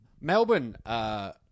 Melbourne